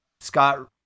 Scott